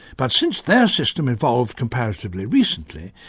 but since their system evolved comparatively recently,